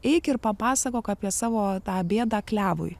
eik ir papasakok apie savo tą bėdą klevui